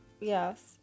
yes